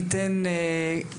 הדיון הקודם היום בנושא מעונות היום,